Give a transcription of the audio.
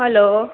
hello